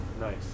Nice